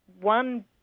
One